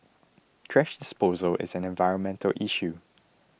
thrash disposal is an environmental issue